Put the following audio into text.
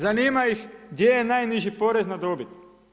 Zanima ih gdje je najniži porez na dobit.